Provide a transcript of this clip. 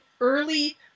early